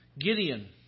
Gideon